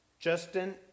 Justin